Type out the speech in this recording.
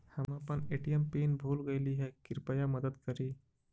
हम अपन ATM PIN भूल गईली हे, कृपया मदद करी